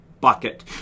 bucket